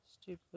stupid